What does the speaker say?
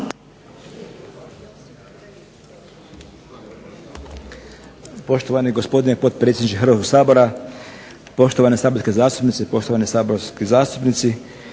Josip** Gospodin predsjedniče Hrvatskog sabora, poštovana saborske zastupnice i saborski zastupnici.